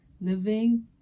living